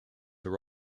are